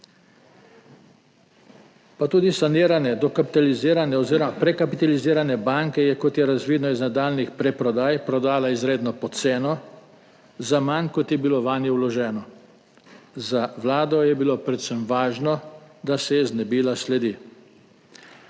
Pa tudi saniranje dokapitalizirane oziroma prekapitalizirane banke je, kot je razvidno iz nadaljnjih preprodaj, prodala izredno pod ceno, za manj, kot je bilo vanjo vloženo. Za vlado je bilo predvsem važno, da se je znebila sledi.